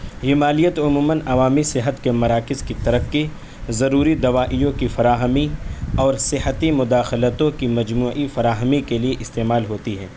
یہ مالیت تو عموماً عوامی صحت کے مراکز کی ترقی ضروری دوائیوں کی فراہمی اور صحتی مداخلتوں کی مجموعی فراہمی کے لیے استعمال ہوتی ہے